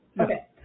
Okay